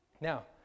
Now